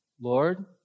Lord